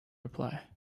reply